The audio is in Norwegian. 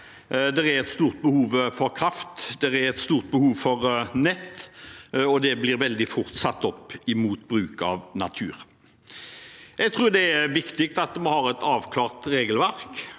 Det er et stort behov for kraft, det er et stort behov for nett, og det blir veldig fort satt opp mot bruk av natur. Jeg tror det er viktig at vi har et avklart regelverk,